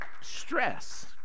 stress